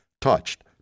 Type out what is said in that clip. touched